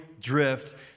drift